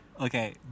Okay